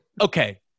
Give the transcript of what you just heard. Okay